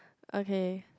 okay